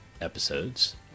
episodes